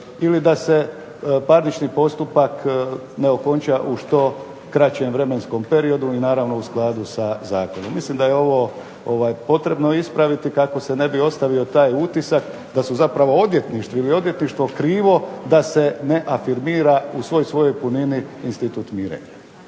ili da se parnični postupak ne okonča u što kraćem vremenskom periodu i naravno u skladu sa zakonom. Mislim da je ovo potrebno ispraviti kako se ne bi ostavio taj utisak da su zapravo odvjetnici ili odvjetništvo krivo da se ne afirmira u svoj svojoj punini institut mirenja.